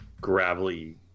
gravelly